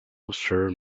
observe